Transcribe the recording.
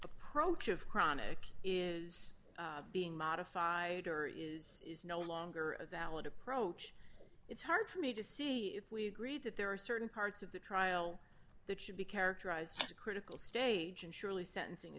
approach of chronic is being modified or is is no longer a valid approach it's hard for me to see if we agree that there are certain parts of the trial that should be characterized as a critical stage and surely sentencing